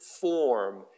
form